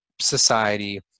society